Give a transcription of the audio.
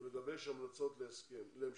ולגבש המלצות להמשך.